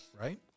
Right